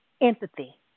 empathy